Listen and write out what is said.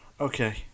Okay